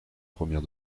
première